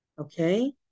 Okay